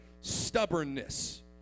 stubbornness